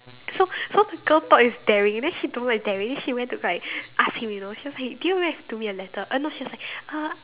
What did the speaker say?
so so the girl thought is daring then he don't like daring then he went to like ask him you know he was like did you write to me a letter oh no she was like uh